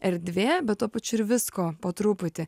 erdvė bet tuo pačiu ir visko po truputį